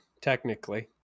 technically